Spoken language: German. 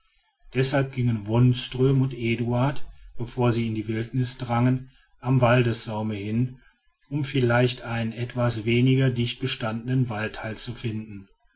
deshalb gingen wonström und eduard bevor sie in die wildnis drangen am waldsaume hin um vielleicht einen etwas weniger dicht bestandenen waldteil zu finden